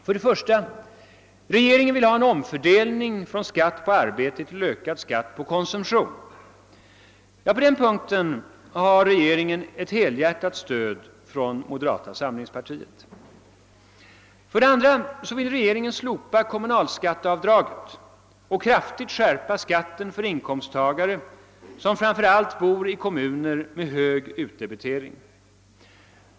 För det första vill regeringen ha en omfördelning från skatt på arbete till ökad skatt på konsumtion. På den punkten ger vi i moderata samlingspartiet regeringen ett helhjärtat stöd. För det andra vill regeringen slopa kommunalskatteavdraget och = alltså kraftigt skärpa skatten framför allt för inkomsttagare som bor i kommuner med hög utdebitering.